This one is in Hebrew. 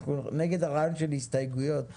אנחנו נגד הרעיון של הסתייגויות ככלי.